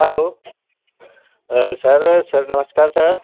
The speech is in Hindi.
हलो सर सर नमस्कार सर